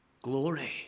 glory